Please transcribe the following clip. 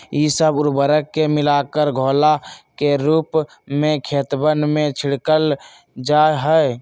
ई सब उर्वरक के मिलाकर घोला के रूप में खेतवन में छिड़कल जाहई